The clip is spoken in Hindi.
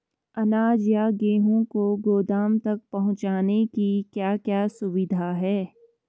अनाज या गेहूँ को गोदाम तक पहुंचाने की क्या क्या सुविधा है?